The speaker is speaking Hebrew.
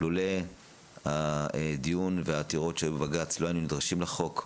לולא הדיון והעתירות שהיו בבג"ץ לא היינו נדרשים לחוק.